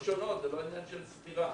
--- שונות, זה לא עניין של סתירה.